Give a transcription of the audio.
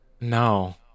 No